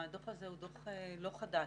הדוח הזה הוא דוח לא חדש.